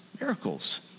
Miracles